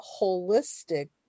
holistic